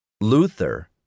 Luther